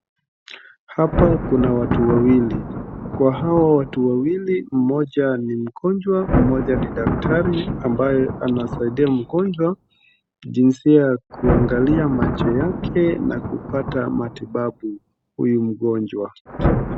Hapa kuna watu wawili. Kwa hawa watu wawili, mmoja ni mgonjwa, mmoja ni daktari, ambaye anasaidia mgonjwa jinsi ya kuangalia macho yake na kupata matibabu huyu mgonjwa.